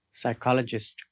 psychologist